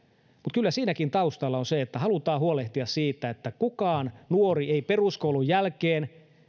kyllä siinäkin taustalla on se että halutaan huolehtia siitä että kukaan nuori ei peruskoulun jälkeen